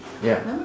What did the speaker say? yeah